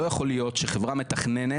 לא יכול להיות שחברה מתכננת,